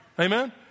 Amen